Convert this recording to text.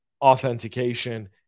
authentication